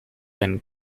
and